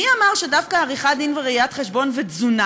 מי אמר שדווקא עריכת דין וראיית חשבון ותזונה